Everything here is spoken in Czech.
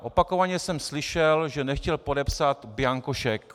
Opakovaně jsem slyšel, že nechtěl podepsat bianko šek.